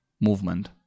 movement